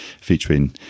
featuring